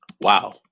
Wow